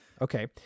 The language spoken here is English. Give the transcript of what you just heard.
Okay